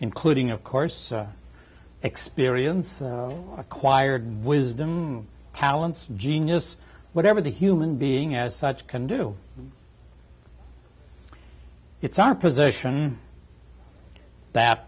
including of course experience acquired wisdom talents genius whatever the human being as such can do it's our position that